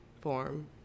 form